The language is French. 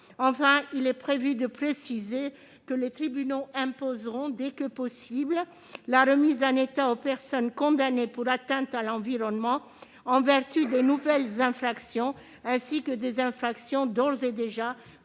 Enfin, il est prévu de préciser que les tribunaux imposeront dès que possible la remise en état aux personnes condamnées pour atteinte à l'environnement, en vertu des nouvelles infractions ainsi que des infractions d'ores et déjà